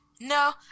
No